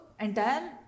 entire